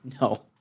No